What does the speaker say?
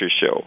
Show